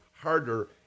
harder